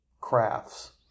crafts